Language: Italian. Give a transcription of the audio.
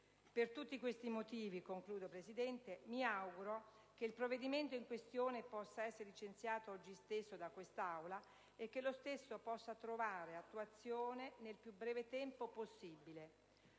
Per tutti questi motivi - e mi avvio a concludere, signora Presidente - mi auguro che il provvedimento in questione possa essere licenziato oggi stesso da quest'Assemblea e che lo stesso possa trovare attuazione nel più breve tempo possibile.